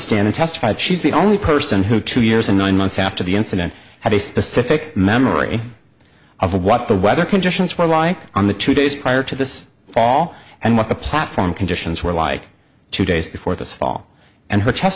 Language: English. stand and testified she's the only person who two years and nine months after the incident had a specific memory of what the weather conditions were right on the two days prior to this fall and what the platform conditions were like two days before this fall and